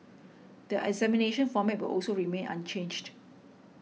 the examination format will also remain unchanged